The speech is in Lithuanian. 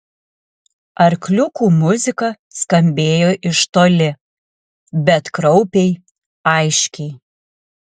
arkliukų muzika skambėjo iš toli bet kraupiai aiškiai